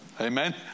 Amen